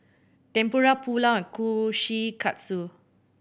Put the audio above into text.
Tempura Pulao and Kushikatsu